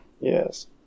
Yes